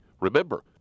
Remember